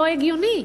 לא הגיוני.